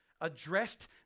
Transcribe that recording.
addressed